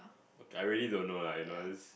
I really don't know lah you know I just